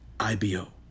ibo